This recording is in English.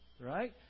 Right